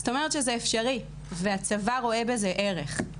זאת אומרת שזה אפשרי והצבא רואה בזה ערך.